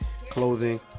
Clothing